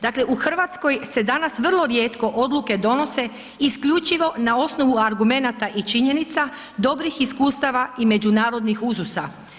Dakle u Hrvatskoj se danas vrlo rijetko odluke donose isključivo na osnovu argumenata i činjenica, dobrih iskustava i međunarodnih uzusa.